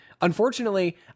Unfortunately